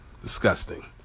Disgusting